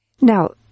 Now